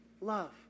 love